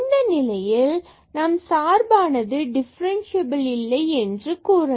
இந்த நிலையில் நம் சார்பானது டிஃபரன்ஸ்சியபில் இல்லை என்று கூறலாம்